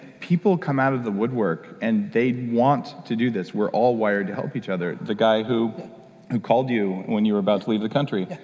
people come out of the woodwork and they want to do this. we're all wired to help each other. the guy who who called you when you were about to leave the country,